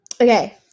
Okay